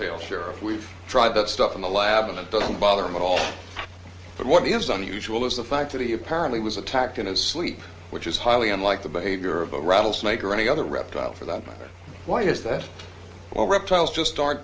tale sheriff we've tried that stuff in the lab and it doesn't bother me at all but what is unusual is the fact that he apparently was attacked in his sleep which is highly unlike the behavior of a rattlesnake or any other reptile for that matter why is that when reptiles just aren't